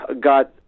got